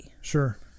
Sure